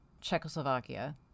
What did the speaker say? czechoslovakia